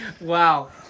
Wow